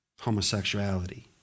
Homosexuality